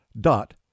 dot